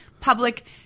public